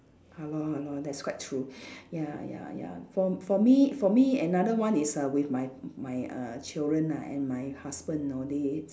!hannor! !hannor! that's quite true ya ya ya for for me for me another one is err with my my err children ah and my husband know they